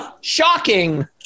shocking